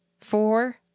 four